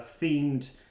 themed